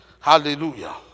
Hallelujah